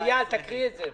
אייל, תקריא את זה.